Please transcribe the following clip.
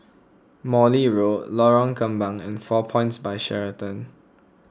Morley Road Lorong Kembang and four Points By Sheraton